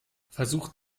versuchen